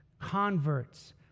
converts